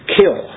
Kill